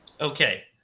Okay